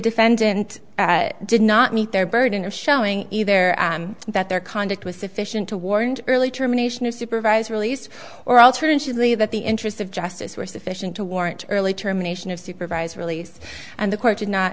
defendant did not meet their burden of showing either that their conduct was sufficient to warrant early termination of supervised release or alternatively that the interests of justice were sufficient to warrant early termination of supervised release and the cour